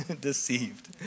deceived